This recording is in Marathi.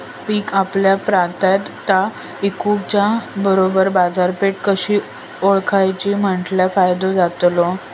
पीक मिळाल्या ऑप्रात ता इकुच्या बरोबर बाजारपेठ कशी ओळखाची म्हटल्या फायदो जातलो?